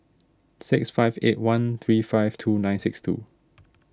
six five eight one three five two nine six two